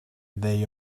day